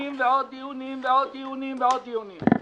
ועוד דיונים ועוד דיונים ועוד דיונים.